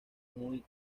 muy